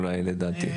אולי לדעתי.